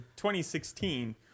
2016